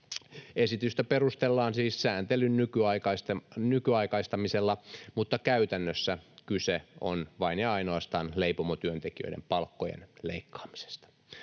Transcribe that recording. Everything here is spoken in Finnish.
Esitystä perustellaan siis sääntelyn nykyaikaistamisella, mutta käytännössä kyse on vain ja ainoastaan leipomotyöntekijöiden palkkojen leikkaamisesta.